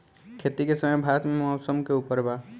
खेती के समय भारत मे मौसम के उपर बा